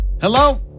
Hello